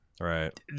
Right